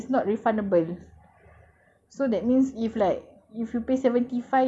so that means if like if you pay seventy five you pay eighty dollars then it's not worth it lah